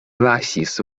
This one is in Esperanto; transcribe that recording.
lasis